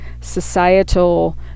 societal